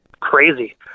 crazy